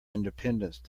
independence